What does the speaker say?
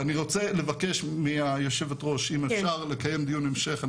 ואני רוצה לבקש מיושבת הראש אם אפשר לקיים דיון המשך.